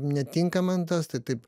netinka man tas tai taip